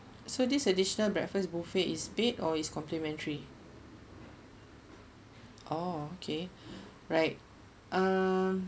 so this additional breakfast buffet is paid or its complimentary oh okay right uh